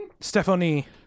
Stephanie